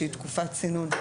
שהיא תקופת צינון,